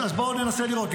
אז בואו ננסה לראות,